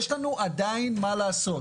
יש לנו עדיין מה לעשות.